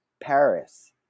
Paris